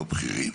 לא בכירים.